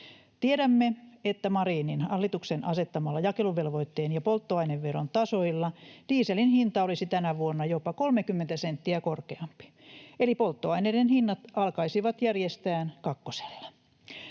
Tiedämme, että Marinin hallituksen asettamilla jakeluvelvoitteen ja polttoaineveron tasoilla dieselin hinta olisi tänä vuonna jopa 30 senttiä korkeampi. Eli polttoaineiden hinnat alkaisivat järjestään kakkosella.